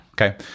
Okay